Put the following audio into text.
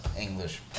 English